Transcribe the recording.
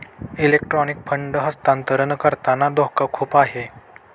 electronic fund हस्तांतरण करताना धोका खूप आहे